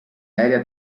aerea